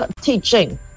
teaching